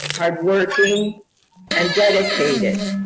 hard working and dedicated.